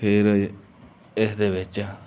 ਫੇਰ ਇਸ ਦੇ ਵਿੱਚ